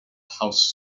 house